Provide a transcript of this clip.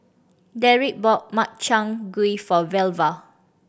Dedrick bought Makchang Gui for Velva